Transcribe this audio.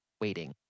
waiting